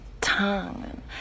tongue